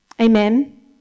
amen